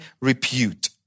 repute